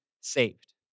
saved